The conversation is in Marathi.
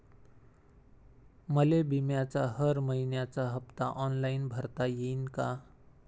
मले बिम्याचा हर मइन्याचा हप्ता ऑनलाईन भरता यीन का?